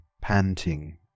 panting